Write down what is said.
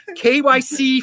KYC